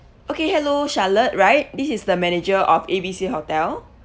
okay hello charlotte right this is the manager of A B C hotel